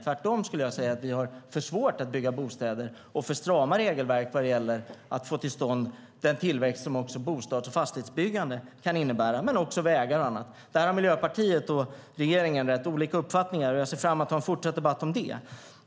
Tvärtom skulle jag säga att vi har för svårt att bygga bostäder och för strama regelverk vad gäller att få till stånd den tillväxt som bostadsbyggande och annat byggande, men också till exempel vägar, kan innebära. Där har Miljöpartiet och regeringen rätt olika uppfattningar. Jag ser fram emot en fortsatt debatt om det.